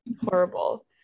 horrible